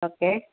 okay